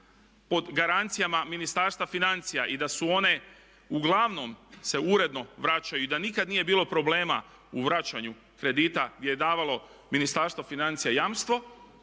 pod garancijama Ministarstva financija i da su one uglavnom se uredno vraćaju i da nikad nije bilo problema u vraćanju kredita gdje je davalo Ministarstvo financija jamstvo,